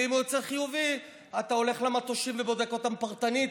ואם הוא יוצא חיובי אתה הולך למטושים ובודק אותם פרטנית,